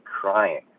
crying